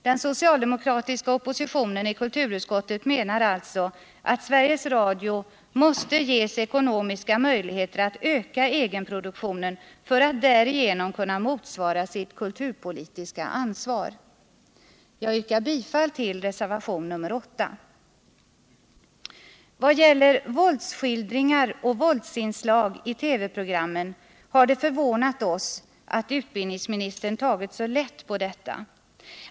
Den socialdemokratiska oppositionen i kulturutskottet menar alltså att Sveriges Radio måste ges ekonomiska möjligheter att öka egenproduktionen för att därigenom kunna motsvara sitt kulturpolitiska ansvar. Jag yrkar bifall till reservationen 8. Det har förvånat oss att utbildningsministern tagit så lätt på våldsskildringar och våldsinslag i TV-programmen.